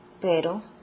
Pero